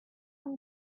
and